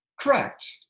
Correct